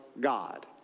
God